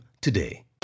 today